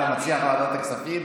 אתה, ועדת הכספים.